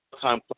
time